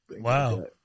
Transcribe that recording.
Wow